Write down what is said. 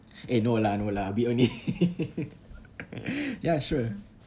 eh no lah no lah we only ya sure